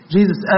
Jesus